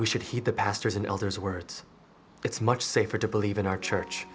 we should heed the pastors and elders words it's much safer to believe in our church